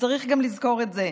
וצריך לזכור גם את זה.